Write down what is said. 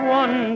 one